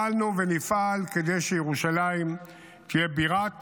גם פעלנו ונפעל כדי שירושלים תהיה בירת